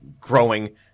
growing